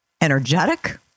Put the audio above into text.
energetic